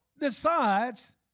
decides